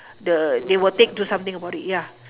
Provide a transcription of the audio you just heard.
the they will take do something about it ya